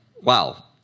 wow